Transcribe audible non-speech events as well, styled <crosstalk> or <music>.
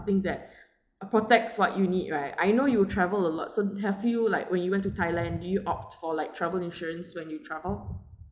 ~thing that <breath> uh protects what you need right I know you travel a lot so have you like when you went to thailand do you opt for like travel insurance when you travel